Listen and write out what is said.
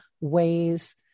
ways